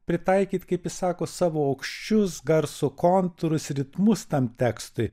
pritaikyt kaip jis sako savo aukščius garso kontūrus ritmus tam tekstui